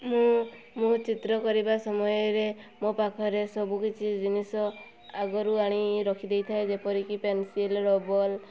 ମୁଁ ମୁଁ ଚିତ୍ର କରିବା ସମୟରେ ମୋ ପାଖରେ ସବୁ କିଛି ଜିନିଷ ଆଗରୁ ଆଣି ରଖିଦେଇଥାଏ ଯେପରି କି ପେନସିଲ୍ ରବଲ୍